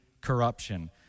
corruption